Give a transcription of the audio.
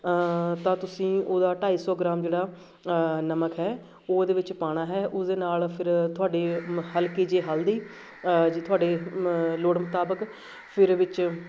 ਤਾਂ ਤੁਸੀਂ ਉਹਦਾ ਢਾਈ ਸੌ ਗ੍ਰਾਮ ਜਿਹੜਾ ਨਮਕ ਹੈ ਉਹ ਉਹਦੇ ਵਿੱਚ ਪਾਉਣਾ ਹੈ ਉਹਦੇ ਨਾਲ ਫਿਰ ਤੁਹਾਡੇ ਹਲਕੀ ਜਿਹੀ ਹਲਦੀ ਜੀ ਤੁਹਾਡੇ ਲੋੜ ਮੁਤਾਬਿਕ ਫਿਰ ਵਿੱਚ